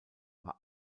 war